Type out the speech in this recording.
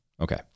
Okay